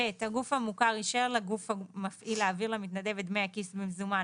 הגוף המוכר אישר לגוף המפעיל להעביר למתנדב את דמי הכיס במזומן,